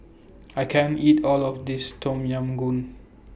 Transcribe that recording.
I can't eat All of This Tom Yam Goong